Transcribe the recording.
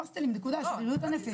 הוסטלים של בריאות הנפש.